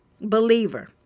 believer